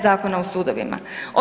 Zakona o sudovima.